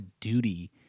duty